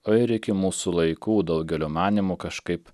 o ir iki mūsų laikų daugelio manymu kažkaip